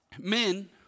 men